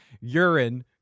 urine